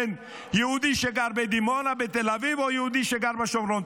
בין יהודי שגר בדימונה או בתל אביב ליהודי שגר בשומרון.